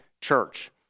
church